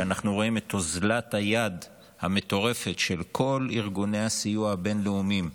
שאנחנו רואים את אוזלת היד המטורפת של כל ארגוני הסיוע הבין-לאומיים,